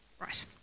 right